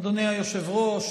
אדוני היושב-ראש,